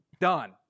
done